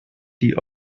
die